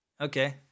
Okay